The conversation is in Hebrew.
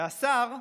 והשר,